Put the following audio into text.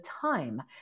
time